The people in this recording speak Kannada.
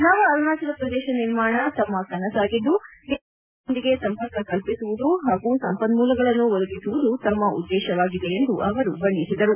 ನವ ಅರುಣಾಚಲಪ್ರದೇಶ ನಿರ್ಮಾಣ ತಮ್ಮ ಕನಸಾಗಿದ್ದು ದೇಶದ ಇತರ ರಾಜ್ಯಗಳೊಂದಿಗೆ ಸಂಪರ್ಕ ಕಲ್ಪಿಸುವುದು ಹಾಗೂ ಸಂಪನ್ಮೂಲಗಳನ್ನು ಒದಗಿಸುವುದು ತಮ್ಮ ಉದ್ದೇಶವಾಗಿದೆ ಎಂದು ಅವರು ಬಣ್ಣಿಸಿದರು